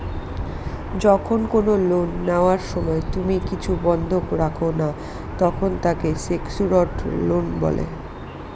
যখন কোনো লোন নেওয়ার সময় তুমি কিছু বন্ধক রাখো না, তখন তাকে সেক্যুরড লোন বলে